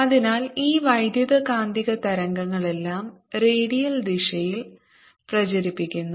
അതിനാൽ ഈ വൈദ്യുതകാന്തിക തരംഗങ്ങളെല്ലാം റേഡിയൽ ദിശയിൽ പ്രചരിപ്പിക്കുന്നു